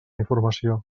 informació